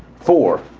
four,